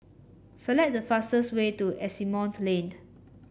select the fastest way to Asimont Lane